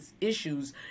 issues